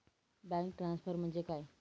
Bank transfer म्हणजे काय?